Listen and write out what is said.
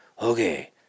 okay